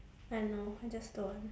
I don't know I just don't want